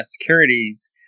Securities